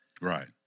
right